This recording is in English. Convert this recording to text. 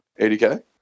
80K